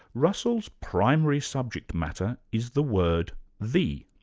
russell's primary subject matter is the word the,